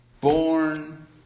born